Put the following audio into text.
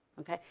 okay,